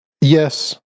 yes